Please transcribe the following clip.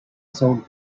sold